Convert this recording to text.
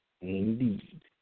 indeed